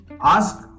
ask